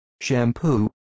shampoo